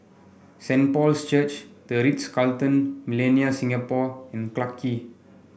Saint Paul's Church The Ritz Carlton Millenia Singapore and Clarke Quay